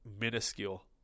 minuscule